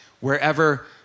Wherever